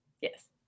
Yes